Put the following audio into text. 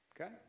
Okay